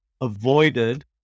avoided